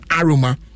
aroma